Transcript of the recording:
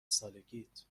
سالگیت